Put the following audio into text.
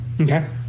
Okay